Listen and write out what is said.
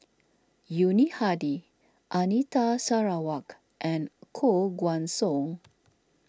Yuni Hadi Anita Sarawak and Koh Guan Song